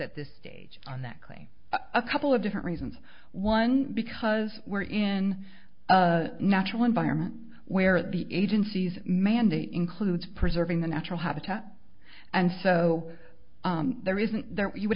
at this stage on that claim a couple of different reasons one because we're in a natural environment where the agency's mandate includes preserving the natural habitat and so there isn't there you would